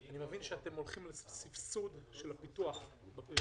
אני מבין שאתם הולכים על סבסוד של הפיתוח בפריפריה.